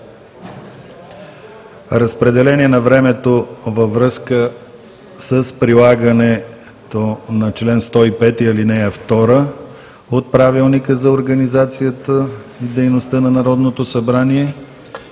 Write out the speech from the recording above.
Разпределение на времето във връзка с прилагането на чл. 105, ал. 2 от Правилника за организацията и дейността на Народното събрание.